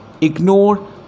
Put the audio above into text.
Ignore